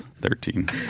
thirteen